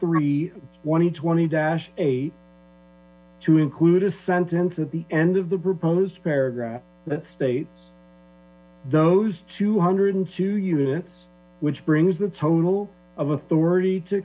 three twenty twenty dash eight to include a sentence at the end of the proposed paragraph states those two hundred and two units which brings the total of authority to